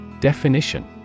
Definition